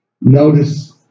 Notice